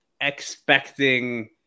expecting